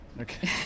Okay